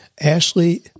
Ashley